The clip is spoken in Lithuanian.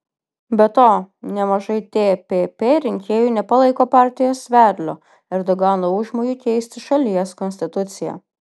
be to nemažai tpp rinkėjų nepalaiko partijos vedlio erdogano užmojų keisti šalies konstituciją